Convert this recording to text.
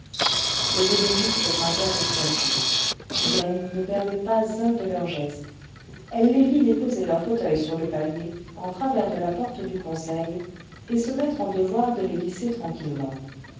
les ébénistes grimpèrent l'escalier hélène ne perdait pas un de leurs gestes elle les vit déposer leurs fauteuils sur le palier en travers de la porte du conseil et se mettre en devoir de les visser tranquillement